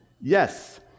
Yes